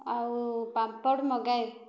ଆଉ ପାମ୍ପଡ଼ ମଗାଏ